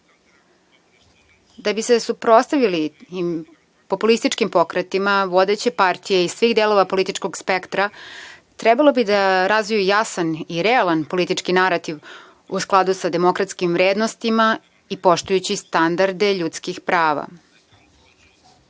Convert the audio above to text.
bi se suprotstavili populističkim pokretima, vodeće partije iz svih delova političkog spektra trebalo bi da razviju jasan i realan politički narativ u skladu sa demokratskim vrednostima i poštujući standarde ljudskih prava.